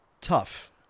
tough